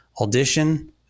audition